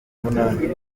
munani